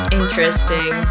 interesting